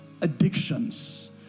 addictions